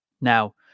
Now